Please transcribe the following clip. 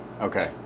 Okay